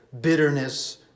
bitterness